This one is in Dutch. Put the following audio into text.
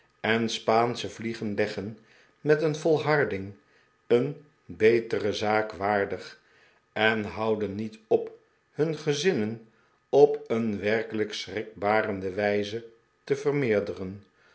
en spaansche vliegen leggen met een volharding een betere zaak waardig en houden niet op hun gezinnen op een werkelijk schrikbarende wijze te vermeerderen